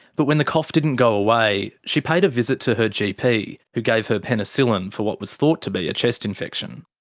but when the cough didn't go away, she paid a visit to her gp who gave her penicillin for what was thought to be a chest infection.